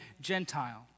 Gentile